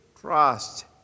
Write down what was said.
trust